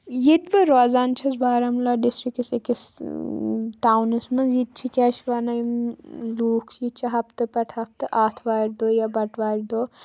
ییٚتہِ بہٕ روزان چھَس بارہمولہ ڈِسٹِرٛکَس أکِس ٹاونَس منٛز ییٚتہِ چھِ کیٛاہ چھِ وَنان یِم لوٗکھ چھِ ییٚتہِ چھِ ہفتہٕ پَتہٕ ہفتہٕ آتھوارِ دۄہ یا بَٹہٕ وارِ دۄہ